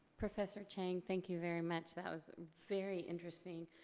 professor cheng, thank you very much. that was very interesting.